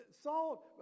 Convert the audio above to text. Salt